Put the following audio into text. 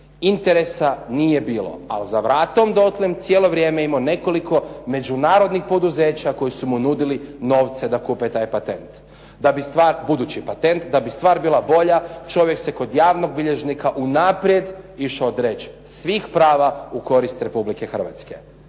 Interesa nije bilo, ali za vratom dotle, cijelo vrijeme je imao nekoliko međunarodnih poduzeća koji su mu nudili novce da kupe taj patent. Da bi stvar, budući patent, da bi stvar bila bolja čovjek se kod javnog bilježnika unaprijed išao odreći svih prava u korist Republike Hrvatske,